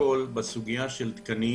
בסוגיה של תקנים,